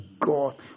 god